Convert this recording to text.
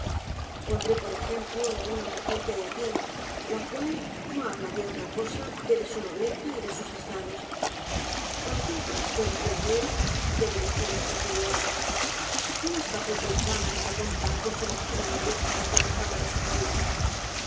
pondré por ejemplo á una mujer que hay aqui la cual no había de otra cosa que de su nobleza y de sus estados cualquier forastero que la vea debe decir en su interior no está poco ufana esta tonta con su mezquina nobleza y con la fama de su pais